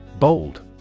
Bold